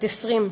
בת 20,